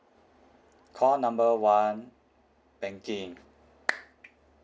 call number one banking